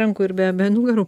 rankų ir be nugarų